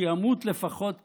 שימות לפחות כיהודי,